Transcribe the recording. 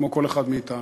כמו כל אחד מאתנו.